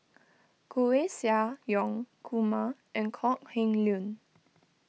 Koeh Sia Yong Kumar and Kok Heng Leun